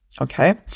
Okay